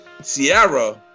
Sierra